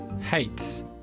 hates